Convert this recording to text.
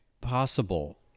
possible